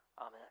Amen